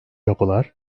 yapılar